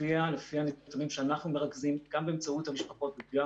לפי הנתונים שאנחנו מרכזים גם באמצעות המשפחות וגם